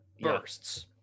bursts